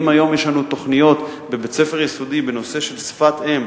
אם היום יש לנו תוכניות בבית-ספר יסודי בנושא של שפת-אם,